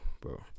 bro